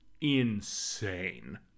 insane